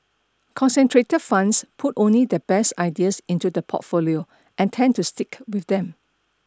concentrated funds put only their best ideas into the portfolio and tend to stick with them